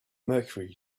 mercury